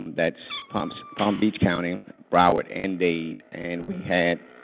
that's palm so palm beach county, broward, and dade, and we had